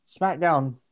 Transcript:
SmackDown